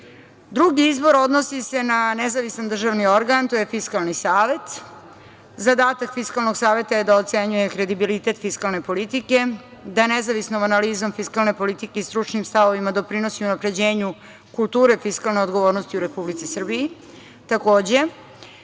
izbor odnosi se na nezavistan državni organ, to je Fiskalni savet. Zadatak Fiskalnog saveta je da ocenjuje kredibilitet fiskalne politike, da nezavisnom analizom fiskalne politike i stručnim stavovima doprinosi unapređenju kulture fiskalne odgovornosti u Republici Srbiji.